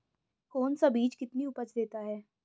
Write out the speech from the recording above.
कौन सा बीज कितनी उपज देता है?